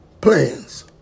plans